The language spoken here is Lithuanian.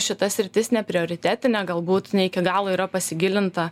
šita sritis neprioritetinė galbūt ne iki galo yra pasigilinta